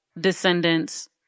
descendants